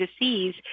disease